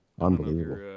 unbelievable